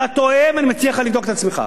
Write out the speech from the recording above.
אתה טועה, ואני מציע לך לבדוק את עצמך.